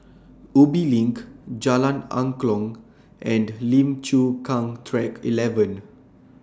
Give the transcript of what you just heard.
Ubi LINK Jalan Angklong and Lim Chu Kang Track eleven